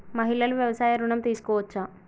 మహిళలు వ్యవసాయ ఋణం తీసుకోవచ్చా?